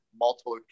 multiple